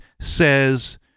says